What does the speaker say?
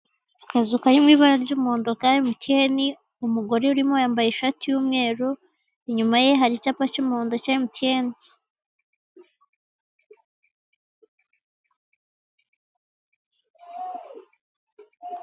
Akazu kari mu ibara ry'umuhondo ka MTN, umugore urimo yambaye ishati y'umweru, inyuma ye hari icyapa cy'umuhondo cya MTN.